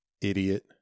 idiot